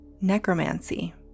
necromancy